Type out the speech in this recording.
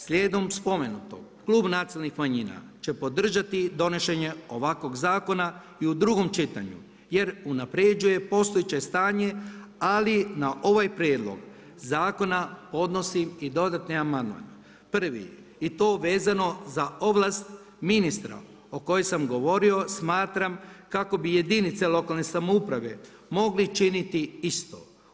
Slijedom spomenutog, Klub nacionalnih manjina će podržati donošenje ovakvog zakona i u drugom čitanju jer unapređuje postoje stanje ali na ovaj prijedlog zakona podnosim i dodatni amandman, 1. i to vezano za ovlast ministra o kojem sam govorio, smatram kako bi jedinice lokalne samouprave mogli činiti isto.